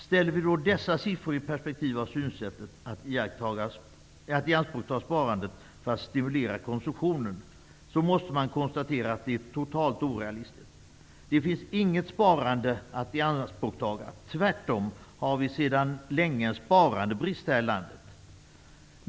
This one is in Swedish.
Med dessa siffror i perspektiv av synsättet att ianspråkta sparandet för att stimulera konsumtionen måste man konstatera att det är totalt orealistiskt. Det finns inget sparande att ianspråkta. Tvärtom har vi sedan länge en sparandebrist i landet.